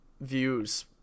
views